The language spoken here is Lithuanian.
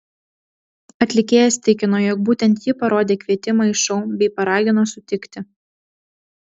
atlikėjas tikino jog būtent ji parodė kvietimą į šou bei paragino sutikti